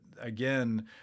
again